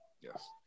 Yes